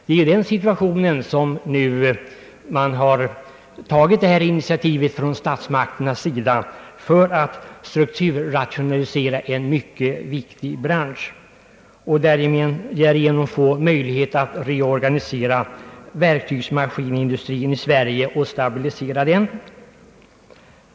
Det är i den situationen statsmakterna tagit detta initiativ för att strukturrationalisera en mycket = viktig bransch och därigenom få möjlighet att reorganisera verktygsmaskinindustrin i Sverige och stabilisera denna.